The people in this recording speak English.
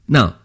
Now